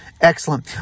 Excellent